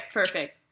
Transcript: perfect